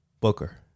Booker